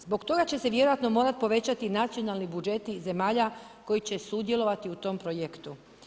Zbog toga će se vjerojatno morati povećati nacionalni budžeti zemalja koji će sudjelovati u tom projektu.